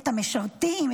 את המשרתים?